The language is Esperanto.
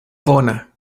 bona